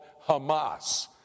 Hamas